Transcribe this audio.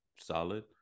solid